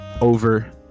Over